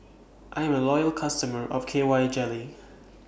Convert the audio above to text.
I Am A Loyal customer of K Y Jelly